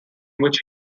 which